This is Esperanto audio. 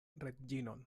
reĝinon